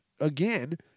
again